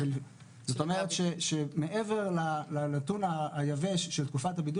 זאת אומרת מעבר לנתון היבש של תקופת הבידוד